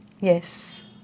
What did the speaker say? Yes